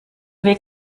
weg